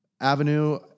avenue